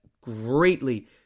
greatly